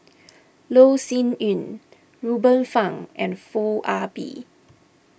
Loh Sin Yun Ruben Fun and Foo Ah Bee